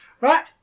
right